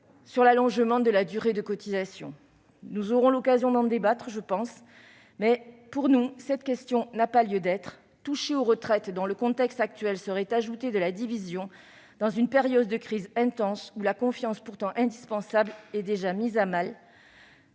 sur l'allongement de la durée de cotisation. Nous aurons sans doute l'occasion d'en débattre. Pour nous, cette question n'a pas lieu d'être. Toucher aux retraites dans le contexte actuel, ce serait ajouter de la division dans une période de crise intense, où la confiance, pourtant indispensable, est déjà mise à mal.